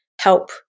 help